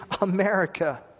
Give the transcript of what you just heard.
America